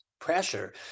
pressure